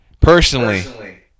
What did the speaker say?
Personally